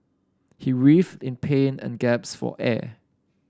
he writhed in pain and gaps for air